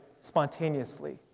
spontaneously